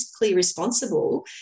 responsible